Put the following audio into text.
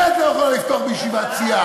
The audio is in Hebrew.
אפילו את הפה את לא יכולה לפתוח בישיבת סיעה.